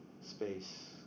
space